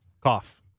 cough